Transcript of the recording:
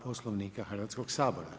Poslovnika Hrvatskoga sabora.